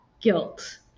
guilt